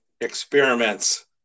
experiments